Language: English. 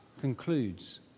concludes